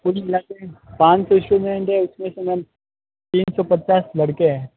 कुल मिला के पाँच सौ स्टूडेंट है इसमें से मैम तीन सौ पचास लड़के है